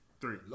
Three